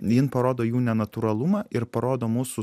jin parodo jų nenatūralumą ir parodo mūsų